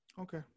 Okay